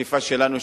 השאיפה שלנו,